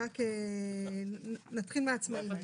נתחיל מהעצמאים.